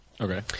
Okay